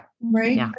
Right